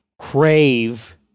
crave